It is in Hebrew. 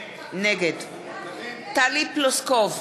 נגד טלי פלוסקוב,